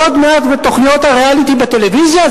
ועוד מעט תוכניות הריאליטי בטלוויזיה,